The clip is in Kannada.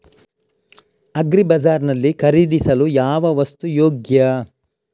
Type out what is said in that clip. ಅಗ್ರಿ ಬಜಾರ್ ನಲ್ಲಿ ಖರೀದಿಸಲು ಯಾವ ವಸ್ತು ಯೋಗ್ಯ?